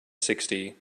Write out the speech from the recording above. sixty